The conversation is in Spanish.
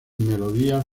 melodías